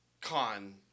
con